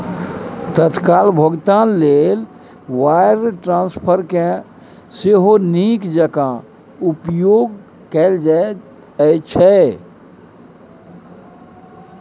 तत्काल भोगतान लेल वायर ट्रांस्फरकेँ सेहो नीक जेंका उपयोग कैल जाइत छै